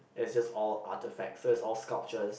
is just all artefacts so is all sculptures